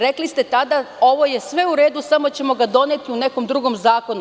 Rekli ste tada – ovo je sve u redu, samo ćemo ga doneti u nekom drugom zakonu.